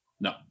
No